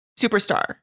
Superstar